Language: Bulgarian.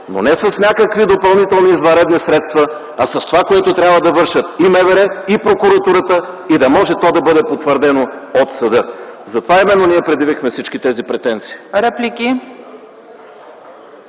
но не с някакви допълнителни извънредни средства, а с това, което трябва да вършат – и МВР, и Прокуратурата, и да може то да бъде потвърдено от съда. Затова именно ние предявихме всички тези претенции.